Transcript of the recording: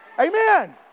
Amen